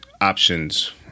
options